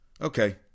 Okay